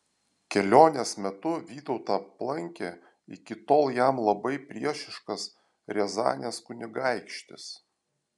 kelionės metu vytautą aplankė iki tol jam labai priešiškas riazanės kunigaikštis